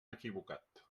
equivocat